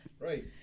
Right